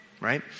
right